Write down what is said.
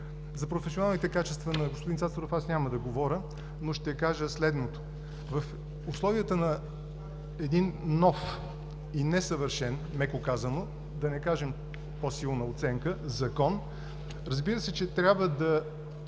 За професионалните качества на господин Цацаров аз няма да говоря, но ще кажа следното. В условията на един нов и несъвършен, меко казано, да не дадем по-силна оценка, Закон, разбира се, че трябва да